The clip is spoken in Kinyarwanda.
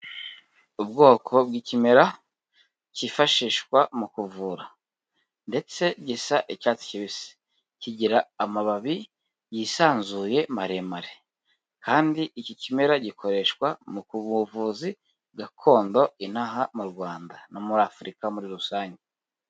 Ubwoko bw'ikimera cyifashishwa mu kuvura ndetse gisa icyatsi kibisi kigira amababi yisanzuye maremare kandi iki kimera gikoreshwa mu buvuzi gakondo ino aha mu Rwanda no muri Afurika muri rusange.